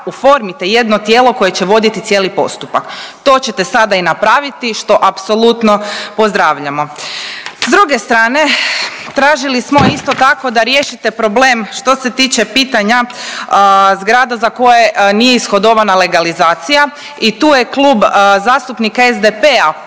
oformite jedno tijelo koje će voditi cijeli postupak. To ćete sada i napraviti što apsolutno pozdravljamo. S druge strane tražili smo isto tako da riješite problem što se tiče pitanja zgrada za koje nije ishodovana legalizacija i tu je Klub zastupnika SDP-a